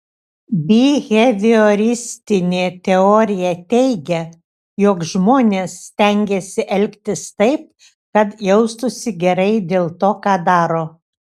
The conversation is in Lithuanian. bihevioristinė teorija teigia jog žmonės stengiasi elgtis taip kad jaustųsi gerai dėl to ką daro